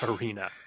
Arena